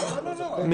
לא, לא, לא.